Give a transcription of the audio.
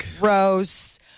gross